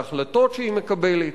בהחלטות שהיא מקבלת.